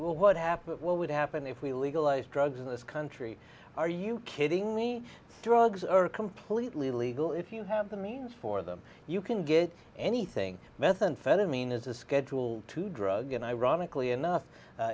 what happened what would happen if we legalize drugs in this country are you kidding me drugs are completely legal if you have the means for them you can get anything methamphetamine is a schedule two drug and ironically